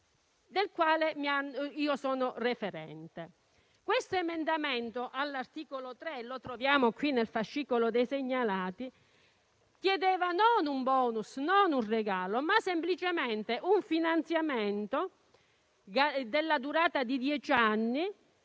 del quale sono referente. Questo emendamento all'articolo 3 - lo troviamo all'interno del fascicolo degli emendamenti segnalati - chiedeva non un *bonus* o un regalo, ma semplicemente un finanziamento della durata di dieci anni